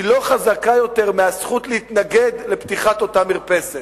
היא לא חזקה יותר מהזכות להתנגד לפתיחת אותה מרפסת.